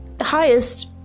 highest